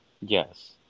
Yes